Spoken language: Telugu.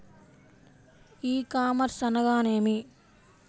ఈ కామర్స్ అనగానేమి?